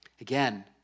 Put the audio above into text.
Again